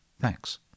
Thanks